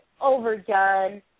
overdone